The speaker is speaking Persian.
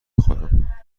خورم